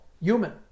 human